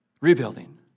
rebuilding